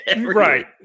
Right